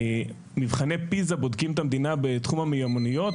מבחני פיזה בודקים את המדינה בתחום המיומנויות,